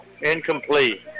Incomplete